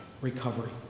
recovery